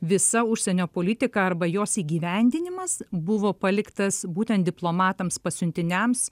visa užsienio politika arba jos įgyvendinimas buvo paliktas būtent diplomatams pasiuntiniams